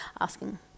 asking